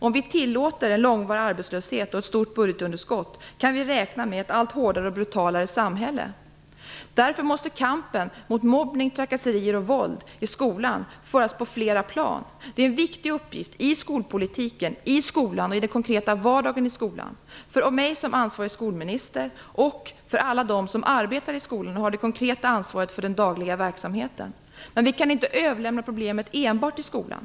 Om vi tillåter en långvarig arbetslöshet och ett stort budgetunderskott kan vi räkna med ett allt hårdare och brutalare samhälle. Därför måste kampen mot mobbning, trakasserier och våld i skolan föras på flera plan. Det är en viktig uppgift i skolpolitiken, i skolan och i den konkreta vardagen i skolan, för mig som ansvarig skolminister och för alla dem som arbetar i skolan och har det konkreta ansvaret för den dagliga verksamheten. Men vi kan inte överlämna problemet enbart till skolan.